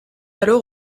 alors